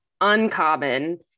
uncommon